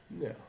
No